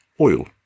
Oil